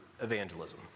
evangelism